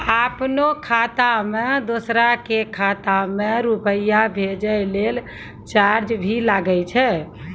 आपनों खाता सें दोसरो के खाता मे रुपैया भेजै लेल चार्ज भी लागै छै?